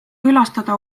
külastada